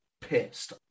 pissed